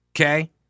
okay